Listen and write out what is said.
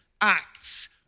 acts